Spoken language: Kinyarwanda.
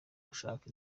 ashaka